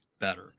better